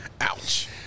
ouch